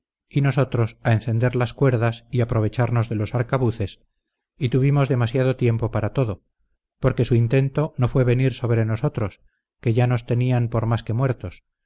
y nosotros a encender las cuerdas y aprovecharnos de los arcabuces y tuvimos demasiado tiempo para todo porque su intento no fue venir sobre nosotros que ya nos tenían por más que muertos